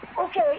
okay